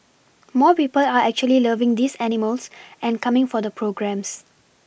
more people are actually loving these animals and coming for the programmes